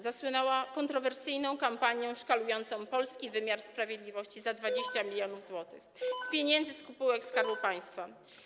Zasłynęła kontrowersyjną kampanią szkalującą polski wymiar sprawiedliwości za 20 mln zł z pieniędzy spółek Skarbu Państwa.